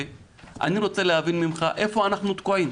אני רוצה להבין ממך איפה אנחנו תקועים.